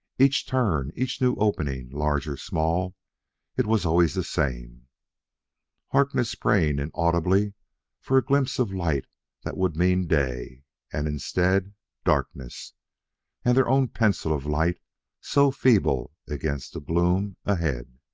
each turn, each new opening, large or small it was always the same harkness praying inaudibly for a glimpse of light that would mean day and, instead darkness and their own pencil of light so feeble against the gloom ahead.